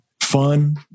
fun